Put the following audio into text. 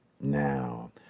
Now